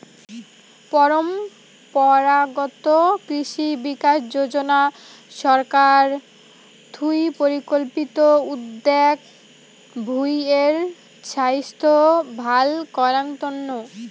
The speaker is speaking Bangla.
পরম্পরাগত কৃষি বিকাশ যোজনা ছরকার থুই পরিকল্পিত উদ্যগ ভূঁই এর ছাইস্থ ভাল করাঙ তন্ন